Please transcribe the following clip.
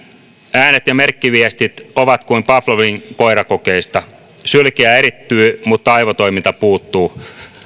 äänet ja merkkiviestit ovat kuin pavlovin koirakokeista sylkeä erittyy mutta aivotoiminta puuttuu